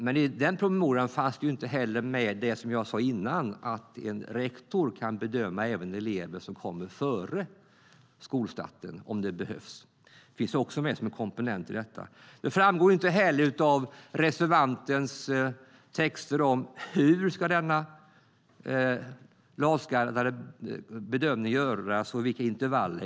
Men i den promemorian fanns inte det som jag nämnde tidigare med, nämligen att en rektor kan bedöma elever som kommer före skolstarten, om det behövs. Det finns också med som en komponent. Det framgår inte av reservationens texter hur den lagstadgade bedömningen ska göras och vid vilka intervaller.